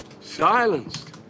silenced